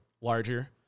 larger